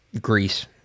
Greece